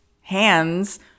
hands